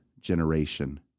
generation